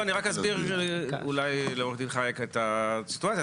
אני רק אסביר אולי לעו"ד חאיך את הסיטואציה.